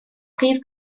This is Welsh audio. prif